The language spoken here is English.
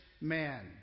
man